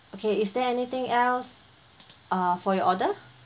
okay is there anything else err for your order